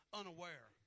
unaware